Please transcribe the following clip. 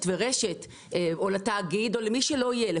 ורשת או לתאגיד או למי שלא יהיה זה